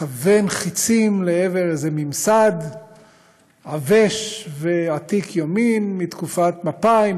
לכוון חצים לעבר איזה ממסד עבש ועתיק יומין מתקופת מפא"י,